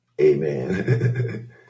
Amen